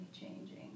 changing